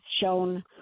shown